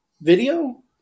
Video